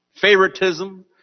favoritism